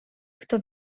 kto